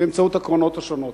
באמצעות הקרנות השונות.